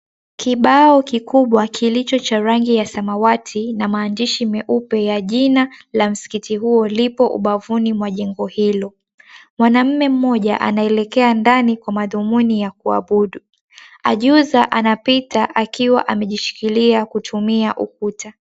Kibao kikubwa kilicho cha rangi ya samawati na maandishi meupe ya jina la msikiti huu lipo ubavuni mwa jengo ℎil𝑜. 𝑀𝑤anamume mmoja anaelekea ndani kwa madhumuni ya kuabudu. 𝐴juza anapita akiwa amejishikilia kutumia ukuta.